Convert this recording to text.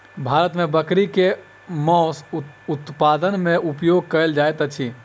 भारत मे बकरी के मौस उत्पादन मे उपयोग कयल जाइत अछि